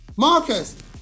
Marcus